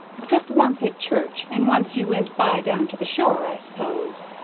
except once at church, and once you went by, down to the shore, i suppose.